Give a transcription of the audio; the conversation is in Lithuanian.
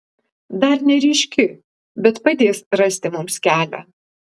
dar neryški bet padės rasti mums kelią